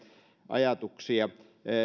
ajatuksia